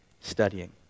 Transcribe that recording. studying